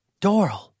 Doral